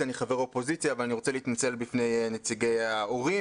אלא חבר אופוזיציה אבל אני רוצה להתנצל בפני נציגי ההורים